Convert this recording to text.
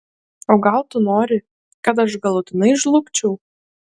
o gal tu nori kad aš galutinai žlugčiau